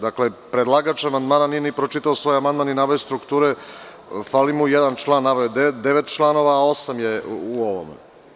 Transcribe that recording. Dakle, predlagač amandmana nije ni pročitao svoj amandman i naveo strukture fali mu jedan član, naveo je devet članova, a osam je u ovome.